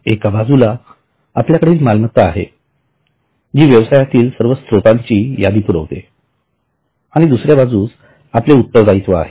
एका बाजूला आपल्याकडील मालमत्ता आहे जी व्यवसायातील सर्व स्त्रोतांची यादी पुरविते आणि दुसऱ्या बाजूस आपले उत्तरदायित्व आहे